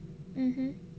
mmhmm